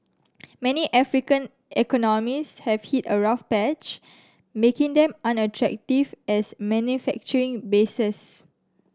many African economies have hit a rough patch making them unattractive as manufacturing bases